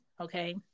okay